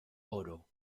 oro